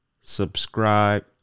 subscribe